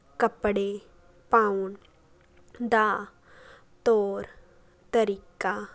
ਕੱਪੜੇ ਪਾਉਣ ਦਾ ਤੌਰ ਤਰੀਕਾ